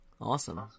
Awesome